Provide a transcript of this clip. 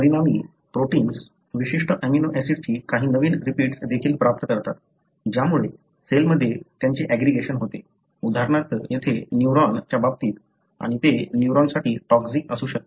परिणामी प्रोटिन्स विशिष्ट अमीनो ऍसिडची काही नवीन रिपीट्स देखील प्राप्त करतात ज्यामुळे सेलमध्ये त्यांचे ऍग्रीगेशन होते उदाहरणार्थ येथे न्यूरॉन च्या बाबतीत आणि ते न्यूरॉनसाठी टॉक्सिक असू शकते